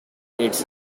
it’s